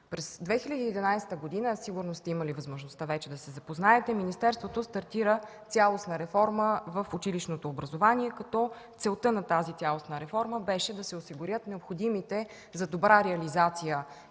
През 2011 г. – сигурно сте имали вече възможността да се запознаете, Министерството стартира цялостна реформа в училищното образование, като целта на тази цялостна реформа беше да се осигурят необходимите за добра реализация